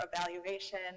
evaluation